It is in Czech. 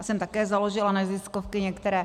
Já jsem také založila neziskovky některé.